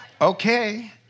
Okay